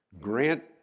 Grant